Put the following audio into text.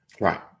Right